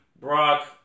Brock